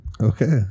Okay